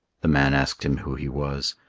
the man asked him who he was.